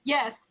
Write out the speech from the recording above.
Yes